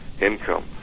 income